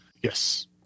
Yes